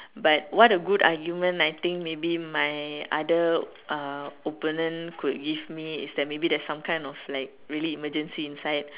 but what a good argument I think maybe my other uh opponent could give me is that maybe there's some kind of like really emergency inside